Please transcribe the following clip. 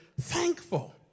thankful